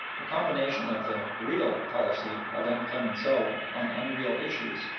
the combination of the real policy of m. clemenceau on unreal issues,